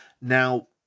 Now